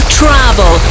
travel